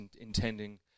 intending